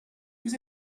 vous